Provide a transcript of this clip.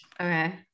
Okay